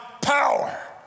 power